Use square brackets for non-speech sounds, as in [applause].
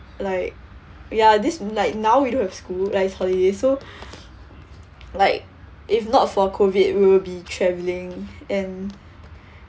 like ya this like now we don't have school like holidays so [breath] like if not for COVID we'll be travelling and [breath]